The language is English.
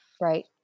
Right